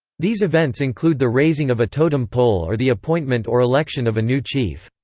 these events include the raising of a totem pole or the appointment or election of a new chief.